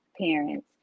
parents